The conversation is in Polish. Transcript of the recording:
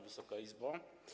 Wysoka Izbo!